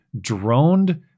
droned